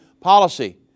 policy